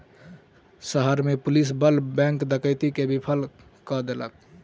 शहर में पुलिस बल बैंक डकैती के विफल कय देलक